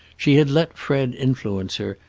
she had let fred influence her,